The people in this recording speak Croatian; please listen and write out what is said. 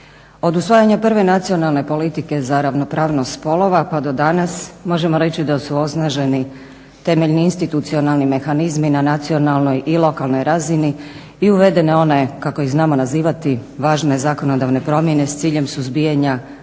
Od usvajanja Nacionalne politike za ravnopravnost spolova pa do danas možemo reći da su osnaženi temeljni institucionalni mehanizmi na nacionalnoj i lokalnoj razini i uvedene one kako ih znamo nazivati važne zakonodavne promjene s ciljem suzbijanja